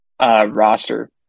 roster